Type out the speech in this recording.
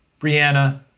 Brianna